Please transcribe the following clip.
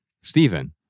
Stephen